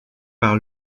par